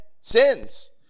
sins